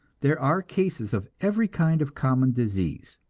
there are cases of every kind of common disease.